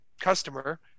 customer